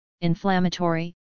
inflammatory